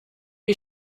you